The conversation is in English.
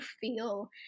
feel